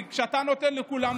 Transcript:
כי כשאתה נותן לכולם,